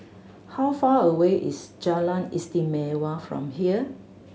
how far away is Jalan Istimewa from here